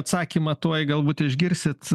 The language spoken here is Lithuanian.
atsakymą tuoj galbūt išgirsit